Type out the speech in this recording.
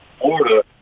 Florida